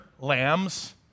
lambs